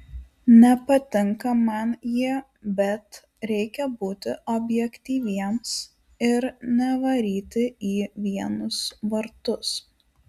nepatinka man jie bet reikia būti objektyviems ir nevaryti į vienus vartus